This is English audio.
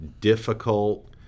difficult